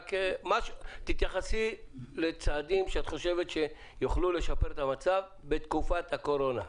תתייחסי לצעדים שאת חושבת שיוכלו לשפר את המצב בתקופות הקורונה.